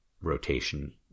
rotation